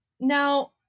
now